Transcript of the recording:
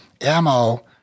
ammo